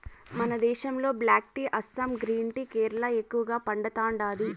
మన దేశంలో black tea Assam green tea Kerala ఎక్కువగా పండతాండాది